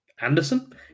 Anderson